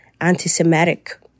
anti-Semitic